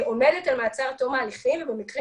עומדת על מעצר עד תום ההליכים ובמקרים